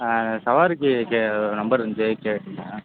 சவாரிக்கு கே நம்பர் இருந்துச்சு கேட்டுருந்தேன்